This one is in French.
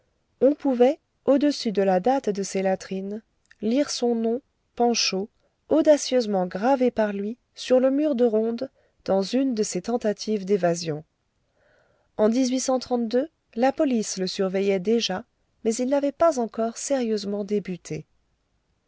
on pouvait au-dessus de la date de ces latrines lire son nom panchaud audacieusement gravé par lui sur le mur de ronde dans une de ses tentatives d'évasion en la police le surveillait déjà mais il n'avait pas encore sérieusement débuté